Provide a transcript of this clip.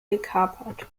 gekapert